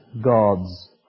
God's